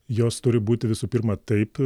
jos turi būti visų pirma taip